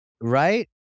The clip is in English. Right